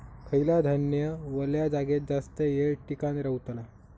खयला धान्य वल्या जागेत जास्त येळ टिकान रवतला?